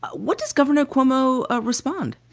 what does governor cuomo ah respond?